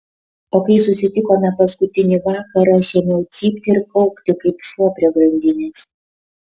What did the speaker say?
o kai susitikome paskutinį vakarą aš ėmiau cypti ir kaukti kaip šuo prie grandinės